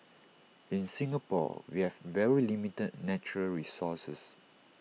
in Singapore we have very limited natural resources